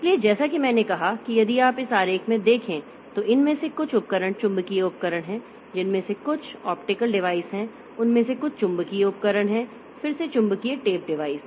इसलिए जैसा कि मैंने कहा कि यदि आप इस आरेख में देखें तो इनमें से कुछ उपकरण चुंबकीय उपकरण हैं जिनमें से कुछ ऑप्टिकल डिवाइस हैं उनमें से कुछ चुंबकीय उपकरण हैं फिर से चुंबकीय टेप डिवाइस